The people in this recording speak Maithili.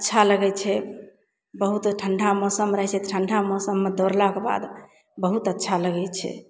अच्छा लगय छै बहुत ठण्डा मौसम रहय छै तऽ ठण्डा मौसममे दौड़लाके बाद बहुत अच्छा लगय छै